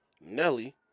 Nelly